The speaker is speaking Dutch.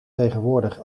tegenwoordig